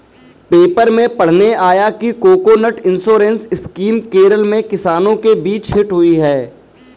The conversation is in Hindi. पेपर में पढ़ने आया कि कोकोनट इंश्योरेंस स्कीम केरल में किसानों के बीच हिट हुई है